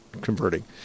converting